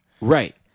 Right